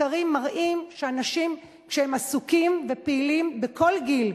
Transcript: מחקרים מראים שאנשים שהם עסוקים ופעילים, בכל גיל,